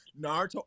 Naruto